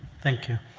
thank you.